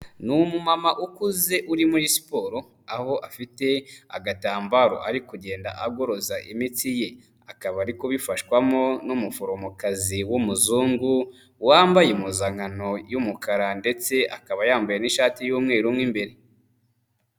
Ni umumama ukuze uri muri siporo, aho afite agatambaro ari kugenda agoroza imitsi ye, akaba ari kubifashwamo n'umuforomokazi w'umuzungu, wambaye impuzankano y'umukara ndetse akaba yambaye n'ishati y'umweru mo imbere.